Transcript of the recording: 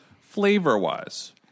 flavor-wise